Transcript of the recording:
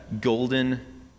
golden